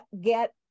get